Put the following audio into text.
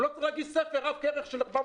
הוא לא צריך להגיש ספר עב-כרס של 400